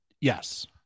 Yes